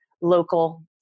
local